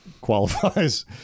qualifies